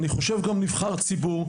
אני חושב גם נבחר ציבור,